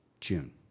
June